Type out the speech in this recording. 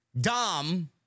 Dom